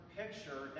picture